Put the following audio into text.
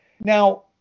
Now